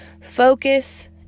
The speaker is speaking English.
Focus